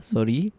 Sorry